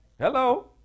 Hello